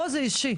פה זה אישי.